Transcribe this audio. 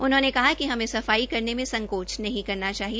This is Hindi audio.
उन्होंने कहा कि हमें साफ सफाई करने में संकोच नहीं करना चाहिए